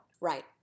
Right